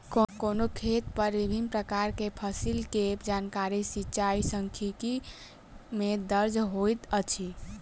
कोनो खेत पर विभिन प्रकार के फसिल के जानकारी सिचाई सांख्यिकी में दर्ज होइत अछि